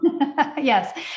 yes